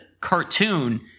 cartoon